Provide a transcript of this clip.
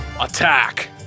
Attack